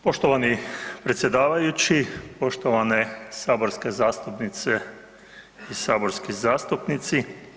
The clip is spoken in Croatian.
Poštovani predsjedavajući, poštovane saborske zastupnice i saborski zastupnici.